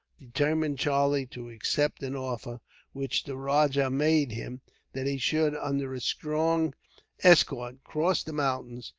determined charlie to accept an offer which the rajah made him that he should, under a strong escort, cross the mountains,